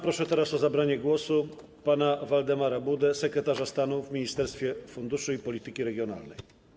Proszę teraz o zabranie głosu pana Waldemara Budę, sekretarza stanu w Ministerstwie Funduszy i Polityki Regionalnej.